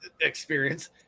experience